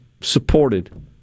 supported